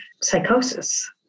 psychosis